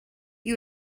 you